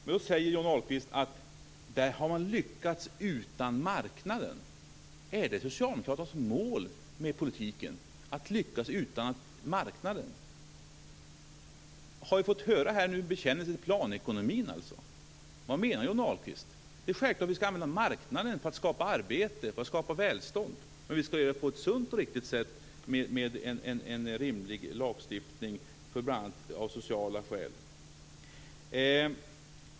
Johnny Ahlqvist säger att man där har lyckats utan marknaden. Är det socialdemokraternas mål för politiken att lyckas utan marknaden? Har vi nu alltså fått en bekännelse till planekonomin? Vad menar Johnny Ahlqvist? Det är självklart att vi ska använda marknaden för att skapa arbete och välstånd, men vi ska göra det på ett sunt och riktigt sätt, med en rimlig lagstiftning av bl.a. sociala skäl.